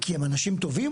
כי הם אנשים טובים ?